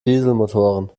dieselmotoren